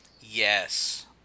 Yes